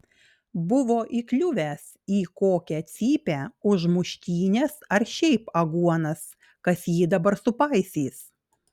buvo įkliuvęs į kokią cypę už muštynes ar šiaip aguonas kas jį dabar supaisys